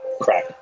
crack